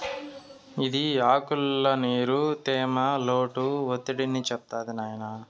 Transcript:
ఇది ఆకుల్ల నీరు, తేమ, లోటు ఒత్తిడిని చెప్తాది నాయినా